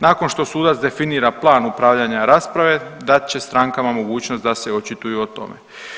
Nakon što sudac definira plan upravljanja rasprave dat će strankama mogućnost da se očituju o tome.